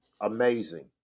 amazing